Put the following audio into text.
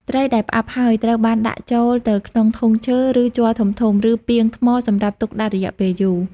ត្រីដែលផ្អាប់ហើយត្រូវបានដាក់ចូលទៅក្នុង ធុងឈើ ឬជ័រធំៗ ឬពាងថ្មសម្រាប់ទុកដាក់រយៈពេលយូរ។